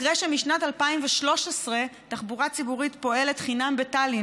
אחרי שמשנת 2013 תחבורה ציבורית פועלת חינם בטאלין,